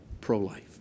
pro-life